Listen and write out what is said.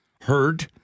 heard